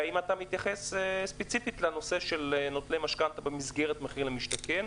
האם אתה מתייחס ספציפית לנושא של נוטלי משכנתא במסגרת מחיר למשתכן?